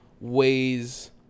ways